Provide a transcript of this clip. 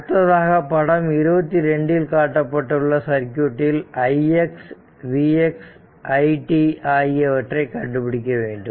அடுத்ததாக படம் 22 இல் காட்டப்பட்டுள்ள சர்க்யூட்டில் ix v x it ஆகியவற்றை கண்டுபிடிக்க வேண்டும்